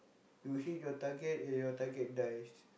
you hit your target and your target dies